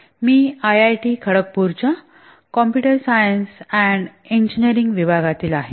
मी IIT खडगपूरच्या computer science and engineering विभागातील आहे